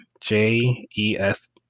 J-E-S